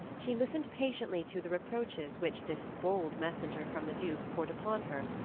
she listened patiently to the reproaches which this bold messenger from the duke poured upon her,